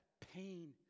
pain